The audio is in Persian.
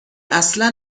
اصلا